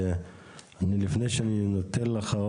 לפני שאני נותן לך,